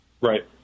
Right